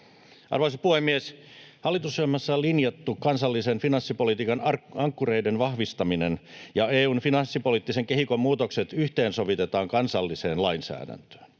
Arvoisa puhemies! Hallitusohjelmassa linjattu kansallisten finanssipolitiikan ankkureiden vahvistaminen sekä EU:n finanssipoliittisen kehikon muutokset yhteensovitetaan kansalliseen lainsäädäntöön,